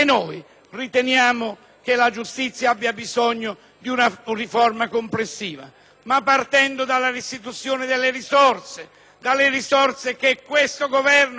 però, dalla restituzione delle risorse, quelle risorse che questo Governo e questa maggioranza nel giugno scorso hanno tagliato anche per le spese correnti.